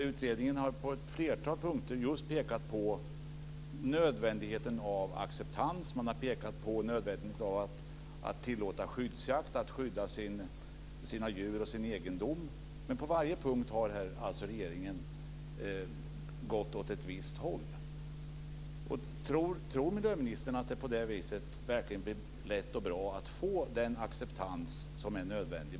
Utredningen har på ett flertal punkter just pekat på nödvändigheten av acceptans, av att tillåta skyddsjakt för att skydda sina djur och sin egendom. Men på varje punkt har regeringen gått åt ett visst håll. Tror miljöministern att det på det viset verkligen blir lätt att få den acceptans som är nödvändig?